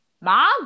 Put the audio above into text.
Mom